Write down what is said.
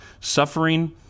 Suffering